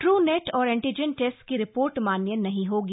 हू नेट और antigen test की रिपोर्ट मान्य नहीं होगी